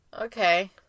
Okay